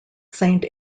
saint